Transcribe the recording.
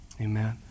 amen